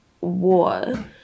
war